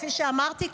כפי שאמרתי,